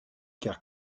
car